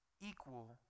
equal